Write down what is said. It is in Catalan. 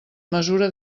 mesura